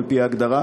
על פי ההגדרה,